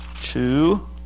two